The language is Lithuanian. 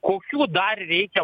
kokių dar reikia